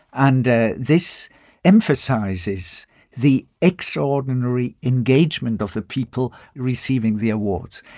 and this emphasizes the extraordinary engagement of the people receiving the awards.